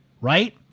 right